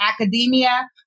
academia